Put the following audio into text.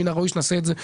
מן הראוי שנעשה את זה גם